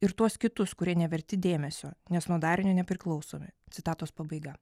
ir tuos kitus kurie neverti dėmesio nes nuo darinio nepriklausomi citatos pabaiga